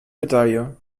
medaille